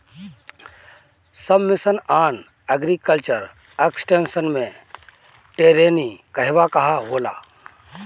सब mission on agriculture extension मै टेरेनीं कहवा कहा होला?